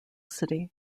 city